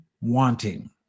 wanting